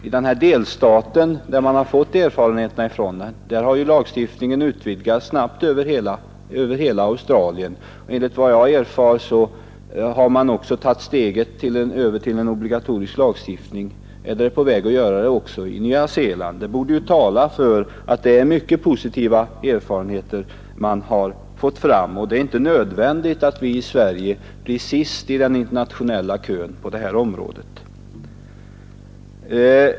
På grundval av de erfarenheter man vunnit från den delstat, som infört lagstiftningen, har man snabbt låtit denna gälla hela landet. Enligt vad jag erfarit är man på väg att införa obligatorisk användning av bilbälten även i Nya Zeeland. Detta borde tala för att delstaten i Australien fått mycket positiva erfarenheter. Det är inte nödvändigt att Sverige blir sist i den internationella kön på detta område.